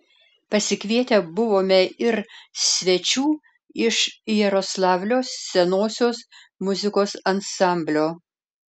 pasikvietę buvome ir svečių iš jaroslavlio senosios muzikos ansamblio